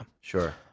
Sure